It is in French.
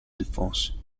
défense